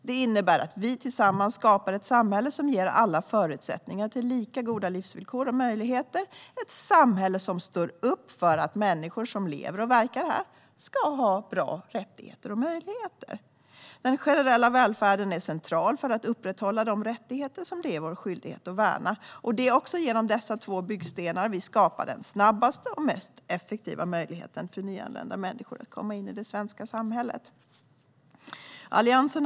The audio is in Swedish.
Det innebär att vi tillsammans skapar ett samhälle som ger alla förutsättningar till lika goda livsvillkor och möjligheter - ett samhälle som står upp för att människor som lever och verkar här ska ha bra rättigheter och möjligheter. Den generella välfärden är central för att upprätthålla de rättigheter som det är vår skyldighet att värna. Det är också genom dessa två byggstenar vi skapar den snabbaste och mest effektiva möjligheten för nyanlända människor att komma in i det svenska samhället. Herr talman!